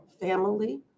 family